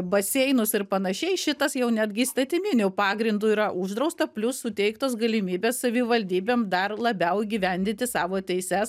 baseinus ir panašiai šitas jau netgi įstatyminiu pagrindu yra uždrausta plius suteiktos galimybės savivaldybėm dar labiau įgyvendinti savo teises